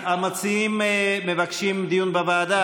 היא מובנת,